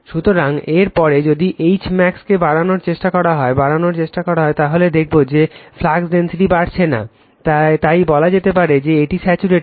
সুতরাং এর পরে যদিও Hmax কে বাড়ানোর চেষ্টা করা হয় বাড়ানোর চেষ্টা করা হয় তাহলে দেখব যে ফ্লাক্স ডেনসিটি বাড়ছে না তাই বলা যেতে পারে যে এটি স্যাচুরেটেড